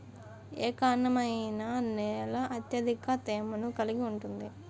ఏ రకమైన నేల అత్యధిక తేమను కలిగి ఉంటుంది?